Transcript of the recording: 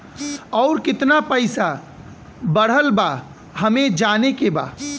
और कितना पैसा बढ़ल बा हमे जाने के बा?